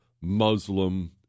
Muslim